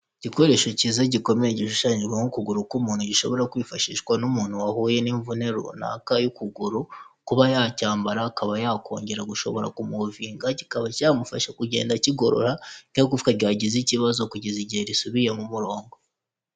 Igikoresho cyiza gikomeye gishushanyijwe nk'ukuguru k'umuntu, gishobora kwifashishwa n'umuntu wahuye n'imvune runaka y'ukuguru, kuba yacyambara akaba yakongera gushobora kumuvinga, kikaba cyamufasha kugenda kigorora rya gufwa ryagize ikibazo kugeza igihe risubiye mu murongo.